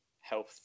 health